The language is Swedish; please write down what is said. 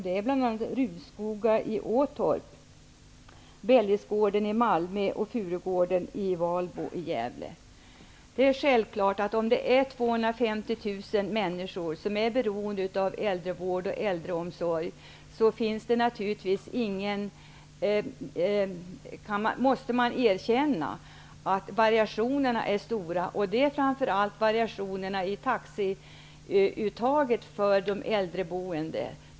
Det är Rudskoga i Man måste erkänna att variationerna blir stora när 250 000 människor är beroende av äldrevård och äldreomsorg. Det gäller framför allt variationerna i taxeuttaget för äldreboendet.